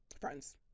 friends